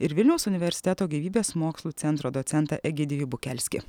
ir vilniaus universiteto gyvybės mokslų centro docentą egidijų bukelskį